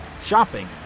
shopping